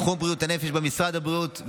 תחום בריאות הנפש במשרד הבריאות,